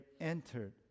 entered